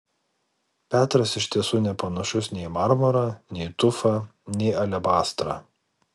petras iš tiesų nepanašus nei į marmurą nei tufą nei alebastrą